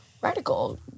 Radical